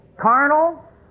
Carnal